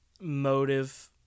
motive